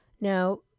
Now